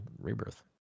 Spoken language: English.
Rebirth